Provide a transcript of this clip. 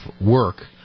work